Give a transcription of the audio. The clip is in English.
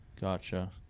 gotcha